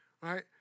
right